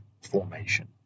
formation